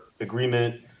agreement